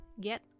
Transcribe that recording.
get